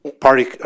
party